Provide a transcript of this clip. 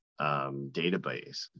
database